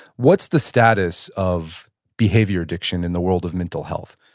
what's the status of behavior addiction in the world of mental health?